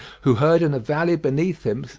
who heard in a valley beneath him,